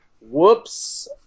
whoops